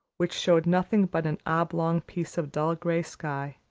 which showed nothing but an oblong piece of dull gray sky,